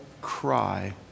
cry